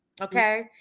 Okay